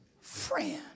friend